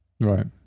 Right